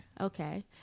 Okay